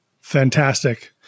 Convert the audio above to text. Fantastic